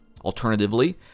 Alternatively